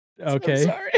Okay